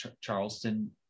Charleston